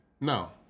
No